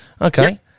Okay